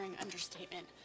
understatement